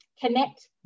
connect